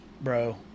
bro